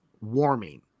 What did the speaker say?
warming